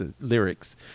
lyrics